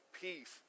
peace